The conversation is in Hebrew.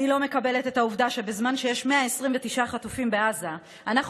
אני לא מקבלת את העובדה שבזמן שיש 129 חטופים בעזה אנחנו